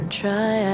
try